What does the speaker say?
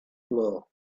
blow